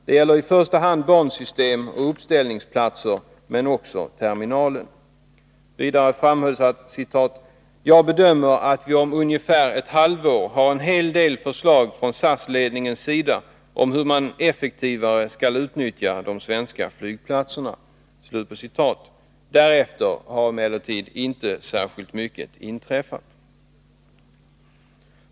Det gäller i första hand bansystem och uppställningsplatser men också terminalen.” Vidare framhölls att kommunikationsministern bedömde att ”vi om ungefär ett halvår har en hel del förslag från SAS-ledningens sida om hur man effektivare skall utnyttja de svenska flygplatserna”. Därefter har emellertid inte särskilt mycket inträffat.